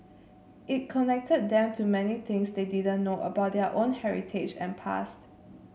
it connected them to many things they didn't know about their own heritage and past